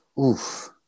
Oof